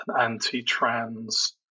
anti-trans